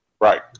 Right